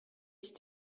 ich